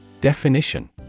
Definition